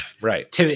right